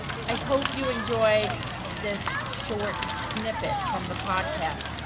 i hope you enjoyed this short snippet from the podcast.